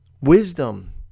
wisdom